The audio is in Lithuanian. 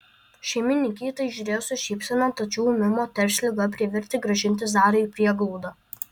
šeimininkė į tai žiūrėjo su šypsena tačiau ūmi moters liga privertė grąžinti zarą į prieglaudą